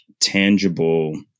tangible